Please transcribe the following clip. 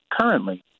currently